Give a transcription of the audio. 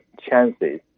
chances